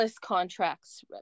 contracts